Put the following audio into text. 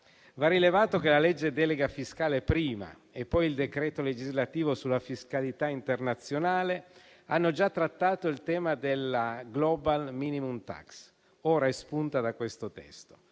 Va rilevato che la legge delega fiscale prima e il decreto legislativo poi sulla fiscalità internazionale hanno già trattato il tema della *global minimum tax*, ora espunta da questo testo.